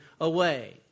away